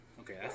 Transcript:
okay